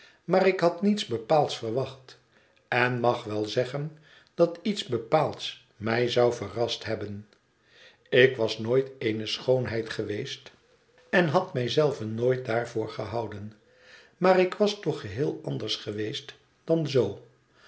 maar ik had niets bepaalds verwacht en mag wel zeggen dat iets bepaalds mij zou verrast hebben ik was nooit eene schoonheid geweest en had mij zelve nooit daarvoor gehouden maar ik was toch geheel anders geweest dan z